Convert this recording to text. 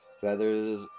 feathers